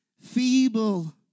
Feeble